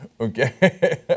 Okay